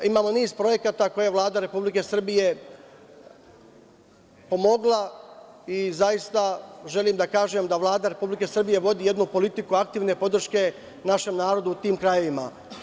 Imamo niz projekata koje je Vlada Republike Srbije pomogla i želim da kažem da Vlada Republike Srbije zaista vodi jednu politiku aktivne podrške našem narodu u tim krajevima.